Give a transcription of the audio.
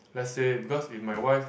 let's say because if my wife